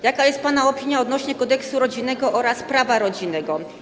Jaka jest pana opinia odnośnie do kodeksu rodzinnego oraz prawa rodzinnego?